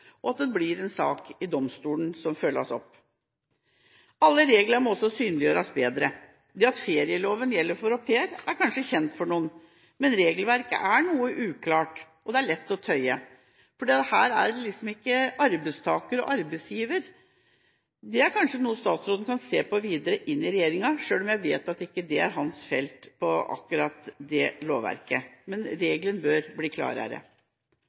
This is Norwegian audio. og at dette blir en sak for domstolen, slik at det følges opp. Alle regler må synliggjøres bedre. Det at ferieloven gjelder for au pairer, er kanskje kjent for noen. Men regelverket er noe uklart, og det er lett å tøye – dette er liksom ikke arbeidstaker og arbeidsgiver. Dette er kanskje noe statsråden kan ta videre inn i regjeringa, selv om jeg vet at dette lovverket ikke er hans felt. Men regelen bør bli klarere. Det